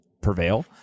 prevail